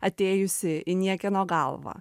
atėjusi į niekieno galvą